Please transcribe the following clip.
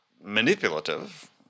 manipulative